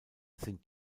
sind